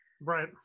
Right